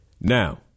Now